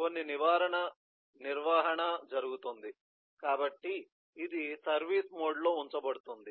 కొన్ని నివారణ నిర్వహణ జరుగుతుంది కాబట్టి ఇది సర్వీస్ మోడ్లో ఉంచబడుతుంది